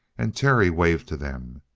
and terry waved to them.